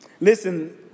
Listen